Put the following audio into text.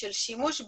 של שימוש ברנ"א,